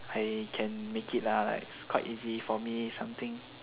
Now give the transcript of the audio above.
I can make it lah like quite easy for me something